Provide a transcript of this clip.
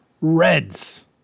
Reds